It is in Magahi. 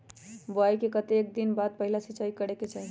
बोआई के कतेक दिन बाद पहिला सिंचाई करे के चाही?